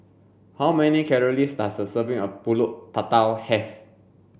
how many calories does a serving of pulut tatal have